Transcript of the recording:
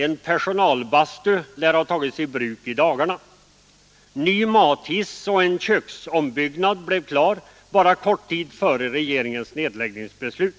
En personalbastu lär ha tagits i bruk I dagarna. Ny mathiss och en köksombyggnad blev klara kort tid före regeringens nedläggningsbeslut.